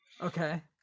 Okay